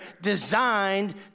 designed